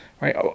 right